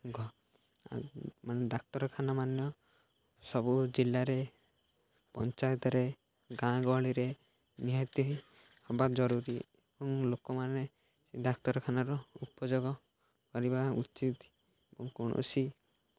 ମାନେ ଡାକ୍ତରଖାନାମାନେ ସବୁ ଜିଲ୍ଲାରେ ପଞ୍ଚାୟତରେ ଗାଁ ଗହଳିରେ ନିହାତି ହେବା ଜରୁରୀ ଏବଂ ଲୋକମାନେ ଡାକ୍ତରଖାନାର ଉପଯୋଗ କରିବା ଉଚିତ୍ ଏବଂ କୌଣସି